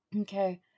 Okay